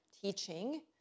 teaching